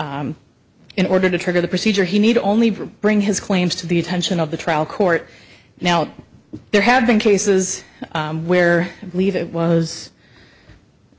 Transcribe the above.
in order to trigger the procedure he need only bring his claims to the attention of the trial court now there have been cases where believe it was